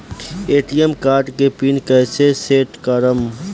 ATM card के pin कैसे set करम?